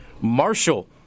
Marshall